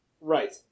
Right